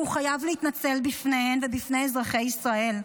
והוא חייב להתנצל בפניהן ובפני אזרחי ישראל.